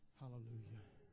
hallelujah